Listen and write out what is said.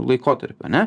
laikotarpio ane